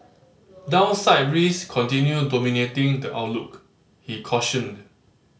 downside risks continue dominating the outlook he cautioned